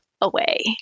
away